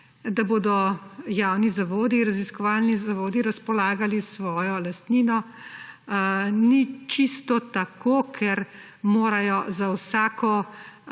da bodo javni zavodi, raziskovalni zavodi razpolagali s svojo lastnino. Ni čisto tako, ker morajo za vsako